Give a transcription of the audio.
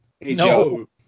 No